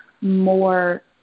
more